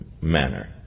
manner